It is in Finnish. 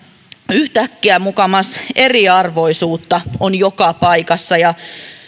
yhtäkkiä mukamas eriarvoisuutta on joka paikassa ja